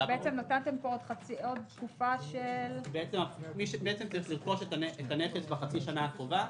נתתם פה עוד תקופה של --- צריך לרכוש את הנכס בחצי השנה הקרובה,